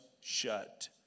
shut